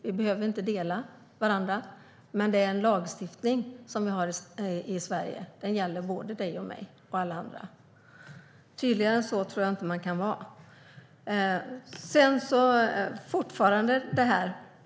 Vi behöver inte dela varandras tro, men det är den lagstiftning som vi har i Sverige. Den gäller dig, mig och alla andra. Tydligare än så tror jag inte att man kan vara. Herr talman!